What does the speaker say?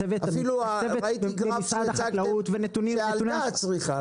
הצוות המקצועי ממשרד החקלאות ונתוני --- עלתה הצריכה,